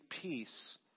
peace